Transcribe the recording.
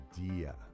idea